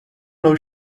know